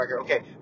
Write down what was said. Okay